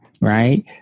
Right